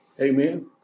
Amen